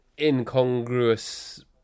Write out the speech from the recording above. incongruous